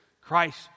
Christ